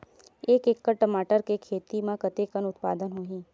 एक एकड़ टमाटर के खेती म कतेकन उत्पादन होही?